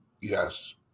Yes